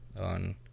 on